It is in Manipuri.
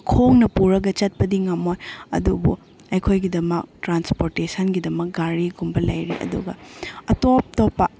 ꯈꯣꯡꯅ ꯄꯨꯔ ꯆꯠꯄꯗꯤ ꯉꯝꯃꯣꯏ ꯑꯗꯨꯕꯨ ꯑꯩꯈꯣꯏꯒꯤꯗꯃꯛ ꯇ꯭ꯔꯥꯟꯁꯄꯣꯔꯇꯦꯁꯟꯒꯤꯗꯃꯛ ꯒꯥꯔꯤꯒꯨꯝꯕ ꯂꯩꯔꯦ ꯑꯗꯨꯒ ꯑꯇꯣꯞ ꯇꯣꯞꯄ